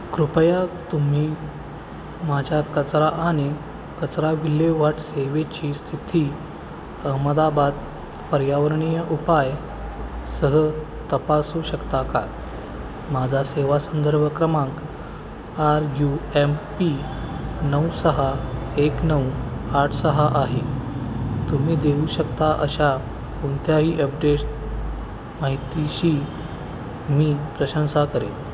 कृपया तुम्ही माझ्या कचरा आणि कचरा विल्हेवाट सेवेची स्थिती अहमदाबाद पर्यावरणीय उपायासह तपासू शकता का माझा सेवा संदर्भ क्रमांक आर यू एम पी नऊ सहा एक नऊ आठ सहा आहे तुम्ही देऊ शकता अशा कोणत्याही अपडेट माहितीशी मी प्रशंसा करेन